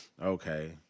okay